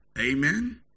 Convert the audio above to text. Amen